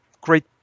great